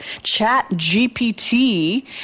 ChatGPT